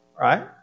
right